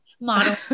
model